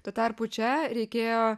tuo tarpu čia reikėjo